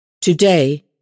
Today